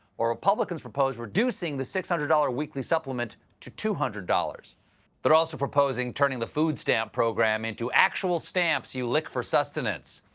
ah republicans proposed reducing the six hundred weekly supplement to two hundred dollars but also proposing turning the food stamp program into actual stamps you lick for sus tenance.